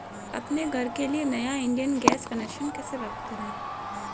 अपने घर के लिए नया इंडियन गैस कनेक्शन कैसे प्राप्त करें?